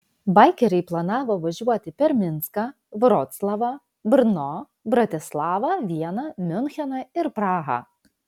baikeriai planavo važiuoti per minską vroclavą brno bratislavą vieną miuncheną ir prahą